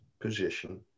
position